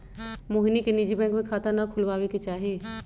मोहिनी के निजी बैंक में खाता ना खुलवावे के चाहि